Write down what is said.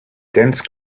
dense